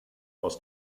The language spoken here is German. aus